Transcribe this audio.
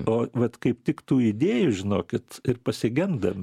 o vat kaip tik tų idėjų žinokit ir pasigendam